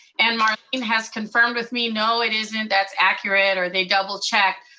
and marlene has confirmed with me, no it isn't, that's accurate, or they double check.